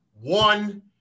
one